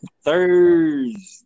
Thursday